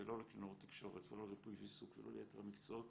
ולא לקלינאות תקשורת ולא לריפוי בעיסוק ולא ליתר המקצועות.